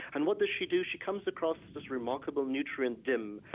and what does she do? she comes across this remarkable nutrient, dim,